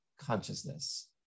consciousness